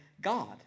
God